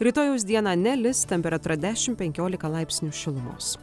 rytojaus dieną nelis temperatūra dešim penkiolika laipsnių šilumos